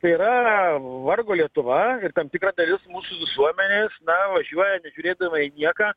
tai yra vargo lietuva ir tam tikra dalis mūsų visuomenės na važiuoja nežiūrėdama į nieką